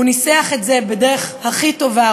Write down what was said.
הוא ניסח את זה בדרך הכי טובה,